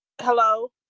hello